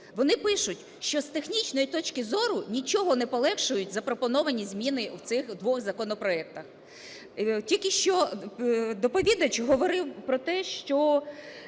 Вони пишуть, що з технічної точки зору нічого не полегшують запропоновані зміни в цих двох законопроектах. Тільки що доповідач говорив про те, що